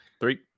Three